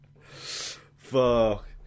Fuck